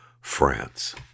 France